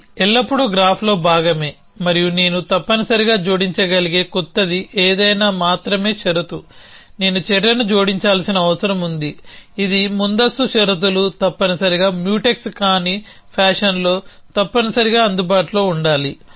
ఇది ఎల్లప్పుడూ గ్రాఫ్లో భాగమే మరియు నేను తప్పనిసరిగా జోడించగలిగే కొత్తది ఏదైనా మాత్రమే షరతు నేను చర్యను జోడించాల్సిన అవసరం ఉంది ఇది ముందస్తు షరతులు తప్పనిసరిగా మ్యూటెక్స్ కాని ఫ్యాషన్లో తప్పనిసరిగా అందుబాటులో ఉండాలి